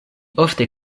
ofte